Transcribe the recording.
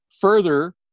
further